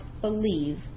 believe